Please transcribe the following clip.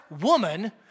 woman